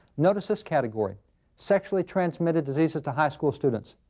notice this category sexually transmitted diseases to high school students.